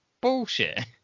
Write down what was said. bullshit